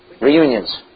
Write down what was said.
Reunions